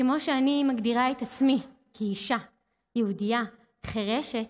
כמו שאני מגדירה את עצמי כאישה יהודייה חירשת,